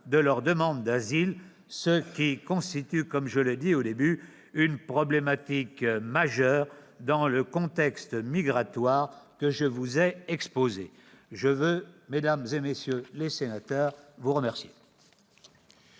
de leur demande d'asile. Comme je l'ai dit en commençant, il s'agit là d'une problématique majeure dans le contexte migratoire que je vous ai exposé. Je veux, mesdames, messieurs les sénateurs, vous remercier.